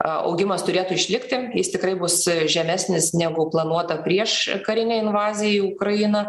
augimas turėtų išlikti jis tikrai bus žemesnis negu planuota prieš karinę invaziją į ukrainą